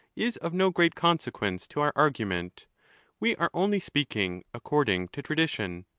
is of no great consequence to our argument we are only speaking according to tradition.